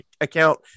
account